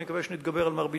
ואני מקווה שנתגבר על מרביתן.